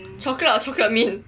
chocolate or chocolate mint